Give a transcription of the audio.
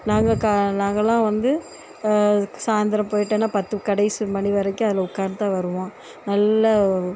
நாங்க கா நாங்களாம் வந்து சாயந்தரம் போயிட்டோன்னா பத்து கடைசி மணிவரைக்கும் அதில் உட்காந்து தான் வருவோம் நல்ல